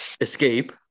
escape